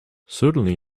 certainly